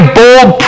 bold